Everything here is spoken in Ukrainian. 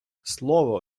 слово